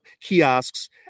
kiosks